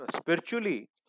spiritually